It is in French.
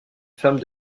femme